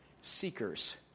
seekers